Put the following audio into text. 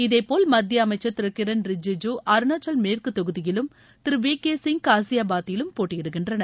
இதே போல் மத்திய அமைச்சர் திரு கிரண் ரிஜிஜூ அருணாச்சல் மேற்கு தொகுதியிலும் திரு வி கே சிங் காசியாபாத்திலும் போட்டியிடுகின்றனர்